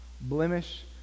blemish